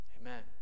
Amen